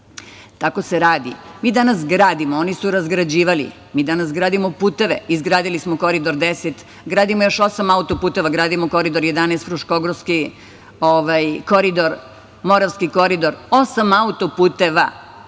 Tako se radi. Mi danas gradimo. Oni su razgrađivali. Mi danas gradimo puteve. Izgradili smo Koridor 10. Gradimo još 8 autoputeva, gradimo Koridor 11, Fruškogorski koridor, Moravski